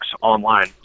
online